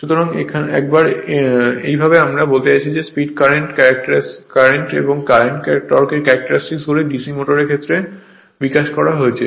সুতরাং একবার এইভাবে আমি বলতে চাইছি যে স্পিডর কারেন্ট এবং কারেন্ট টর্কের কারেন্ট ক্যারেক্টারিস্টিকগুলি DC মোটরগুলির ক্ষেত্রে বিকাশ করা হয়েছে